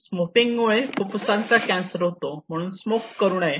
smoking मुळे फुफ्फुसाचा cancer होतो म्हणून स्मोक करू नये